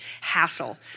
hassle